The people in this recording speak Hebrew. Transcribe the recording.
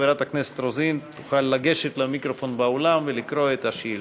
חברת הכנסת רוזין תוכל לגשת למיקרופון באולם ולקרוא את השאילתה.